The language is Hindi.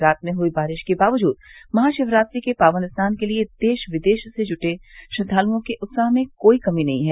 रात में हुई बारिश के बावजूद महाशिवरात्रि के पावन स्नान के लिए देश विदेश से जुटे श्रद्वालुओं के उत्साह में कोई कमी नहीं है